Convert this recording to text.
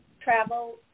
travel